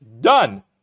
done